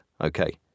Okay